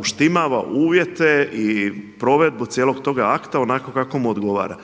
uštimava uvjete i provedbu cijelog toga akta onako kako mu odgovara.